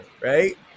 right